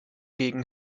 gegen